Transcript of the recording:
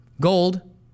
Gold